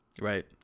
right